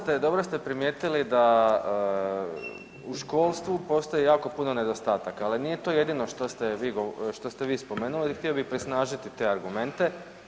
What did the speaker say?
Dobro ste, dobro ste primijetili da u školstvu postoji jako puno nedostataka, ali nije to jedino što ste vi spomenuli, ali htio bi prisnažiti te argumente.